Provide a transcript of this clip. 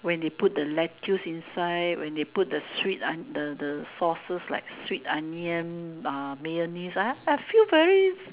when they put the lettuce inside when they put the sweet onion the the sauces like sweet onion uh mayonnaise ah I feel very